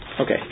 Okay